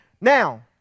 Now